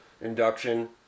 induction